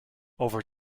over